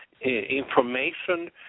information